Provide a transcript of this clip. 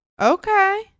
Okay